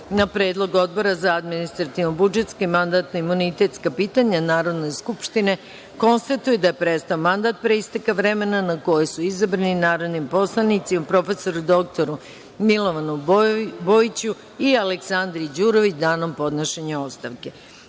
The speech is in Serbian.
na predlog Odbora za administrativno-budžetska i mandatno-imunitetska pitanja Narodne skupštine, konstatuje da je prestao mandat, pre isteka vremena na koje su izabrani, narodnim poslanicima prof. dr Milovanu Bojiću i Aleksandri Đurović, danom podnošenja ostavke. Saglasno